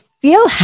feel